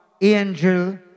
Angel